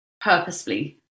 purposefully